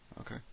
Okay